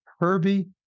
Herbie